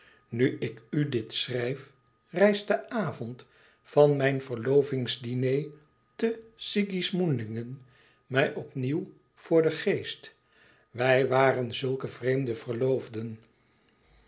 nu ik u dit schrijf rijst de avond van mijn verlovingsdiner te sigismundingen mij opnieuw voor den geest wij waren zulke vreemde verloofden